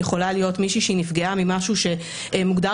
יכולה להיות מישהי שנפגעה ממשהו שמוגדר